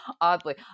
Oddly